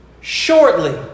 shortly